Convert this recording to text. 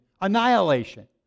annihilation